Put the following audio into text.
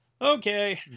Okay